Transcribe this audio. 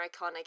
iconic